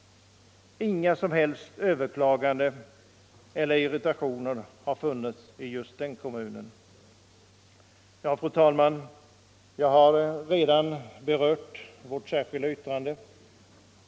Inga som helst överklaganden eller irritationer har förekommit i denna kommun. Ja, fru talman, jag har redan berört vårt särskilda yttrande.